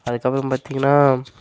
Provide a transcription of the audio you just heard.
அதுக்கப்புறம் பார்த்திங்கன்னா